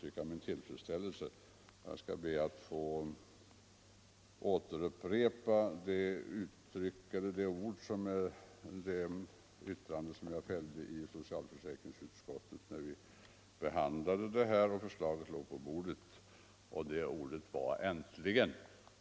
Jag ber att få upprepa det yttrande som jag fällde i socialförsäkringsutskottet när vi behandlade det här förslaget, och det var: Äntligen!